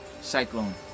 cyclone